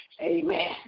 Amen